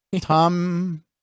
Tom